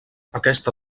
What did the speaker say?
aquesta